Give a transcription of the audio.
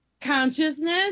consciousness